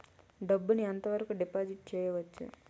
డబ్బు ను ఎంత వరకు డిపాజిట్ చేయవచ్చు?